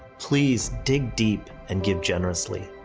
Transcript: please dig deep and give generously.